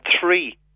three